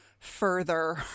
Further